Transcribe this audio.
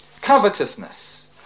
covetousness